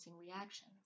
reactions